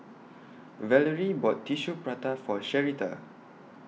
Valarie bought Tissue Prata For Sherita